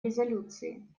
резолюции